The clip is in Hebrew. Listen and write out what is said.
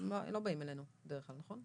הם לא באים אלינו בדרך כלל, נכון?